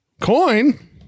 Coin